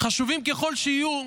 חשובים ככל שיהיו,